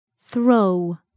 Throw